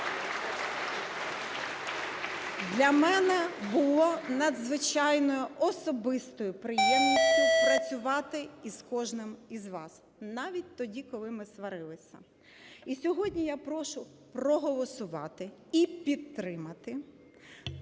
для мене було надзвичайною особистою приємністю працювати з кожним із вас, навіть тоді, коли ми сварилися. І сьогодні я прошу проголосувати і підтримати